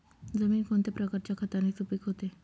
जमीन कोणत्या प्रकारच्या खताने सुपिक होते?